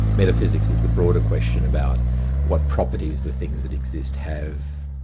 metaphysics is the broader question about what properties the things that exist have,